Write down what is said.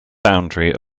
boundary